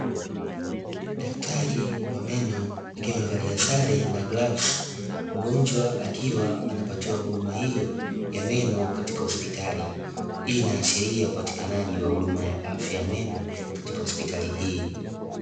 Daktari wa meno akiwa amevalia sare na glavu, mgonjwa akiwa anapatiwa huduma hiyo ya meno katika hospitali, hii inaashiria upatikanaji wa huduma ya afya ya meno katika hospitali hii.